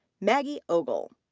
maggie ogle.